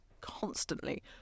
constantly